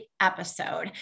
episode